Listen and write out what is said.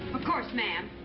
of course, ma'am.